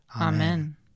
Amen